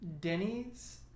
Denny's